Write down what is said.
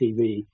TV